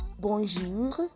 bonjour